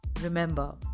Remember